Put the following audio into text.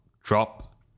drop